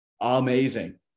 amazing